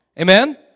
Amen